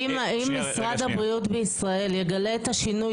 אם משרד הבריאות בישראל יגלה את השינוי